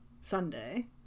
sunday